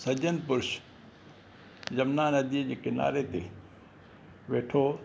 सजन पुरुष जमुना नदी जे किनारे ते वेठो हो